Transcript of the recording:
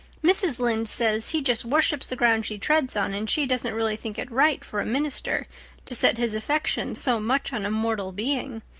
mrs. lynde says he just worships the ground she treads on and she doesn't really think it right for a minister to set his affections so much on a mortal being.